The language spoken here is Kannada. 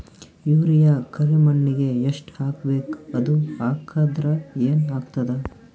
ಯೂರಿಯ ಕರಿಮಣ್ಣಿಗೆ ಎಷ್ಟ್ ಹಾಕ್ಬೇಕ್, ಅದು ಹಾಕದ್ರ ಏನ್ ಆಗ್ತಾದ?